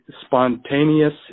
spontaneous